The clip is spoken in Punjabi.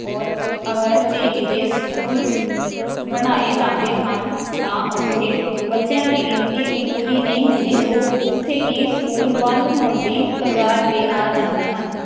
ਔਰ ਅਗਰ ਜੇ ਕਿਤੇ ਸਕੂਲ ਬਣਾਏ ਜਾਂਦੇ ਹਨ ਤਾਂ ਉੱਥੇ ਬੱਚਿਆਂ ਦੀ ਗਿਣਤੀ ਵੀ ਪੂਰੀ ਨਹੀਂ ਹੁੰਦੀ ਜੋ ਜਿੱਥੇ ਕਿ ਸਕੂਲ ਬੰਦ ਹੋਣ ਦੀ ਕਗਾਰ 'ਤੇ ਆ ਜਾਂਦੇ ਹਨ